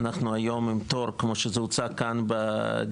אנחנו היום עם תור כמו שזה הוצג כאן בדיון,